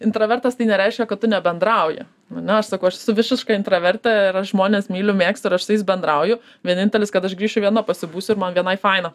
intravertas tai nereiškia kad tu nebendrauji ane aš sakau aš esu visiška intravertė ir aš žmones myliu mėgstu ir aš su jais bendrauju vienintelis kad aš grįšiu viena pasibūsiu ir man vienai faina